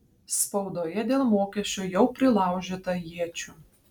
spaudoje dėl mokesčių jau prilaužyta iečių